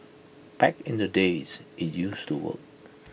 back in the days IT used to work